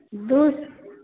दू स्